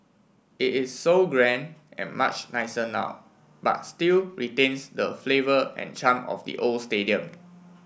it is so grand and much nicer now but still retains the flavour and charm of the old stadium